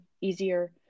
easier